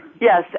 Yes